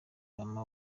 mama